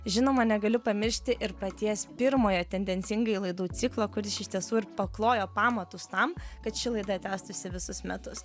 žinoma negaliu pamiršti ir paties pirmojo tendencingai laidų ciklo kuris iš tiesų ir paklojo pamatus tam kad ši laida tęstųsi visus metus